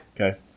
Okay